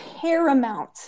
paramount